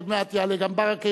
עוד מעט יעלה גם ברכה,